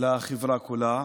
לחברה כולה.